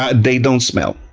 ah they don't smell.